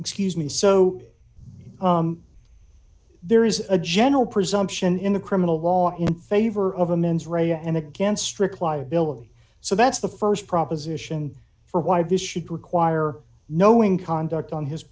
excuse me so there is a general presumption in the criminal law in favor of a mens reya and against strict liability so that's the st proposition for why this should require knowing conduct on his